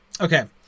Okay